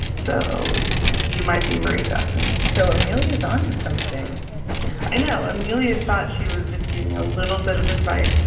so you might be marie duffin so amelia's on to something i know. amelia thought she was just giving a little bit of advice.